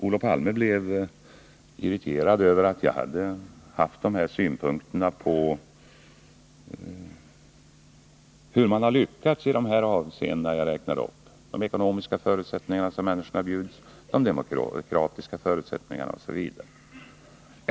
Olof Palme blev irriterad över mina synpunkter på hur man lyckats i socialistiska länder i de avseenden jag räknade upp: de ekonomiska förutsättningar som människorna bjuds, de demokratiska förutsättningarna osv.